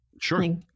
Sure